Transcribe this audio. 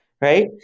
Right